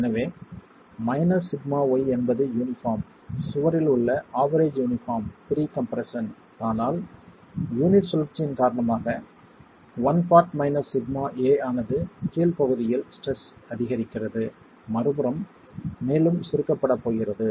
எனவே σy என்பது யூனிபார்ம் சுவரில் உள்ள ஆவெரேஜ் யூனிபார்ம் ப்ரீ கம்ப்ரெஸ்ஸன் ஆனால் யூனிட் சுழற்சியின் காரணமாக one part minus sigma a ஆனது கீழ் பகுதியில் ஸ்ட்ரெஸ் அதிகரிக்கிறது மறுபுறம் மேலும் சுருக்கப்படப் போகிறது